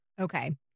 Okay